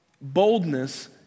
Boldness